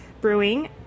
Brewing